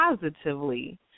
positively